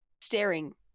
staring